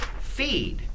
feed